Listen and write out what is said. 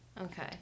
Okay